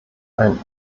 einen